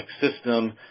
system